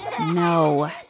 No